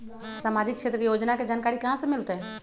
सामाजिक क्षेत्र के योजना के जानकारी कहाँ से मिलतै?